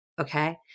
Okay